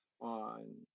on